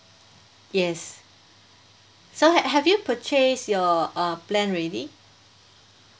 yes so ha~ have you purchased your uh plan already